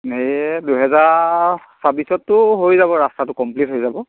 এই দুহেজাৰ ছাব্বিছতটো হৈ যাব ৰাস্তাটো কমপ্লিট হৈ যাব